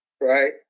right